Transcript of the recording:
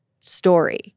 story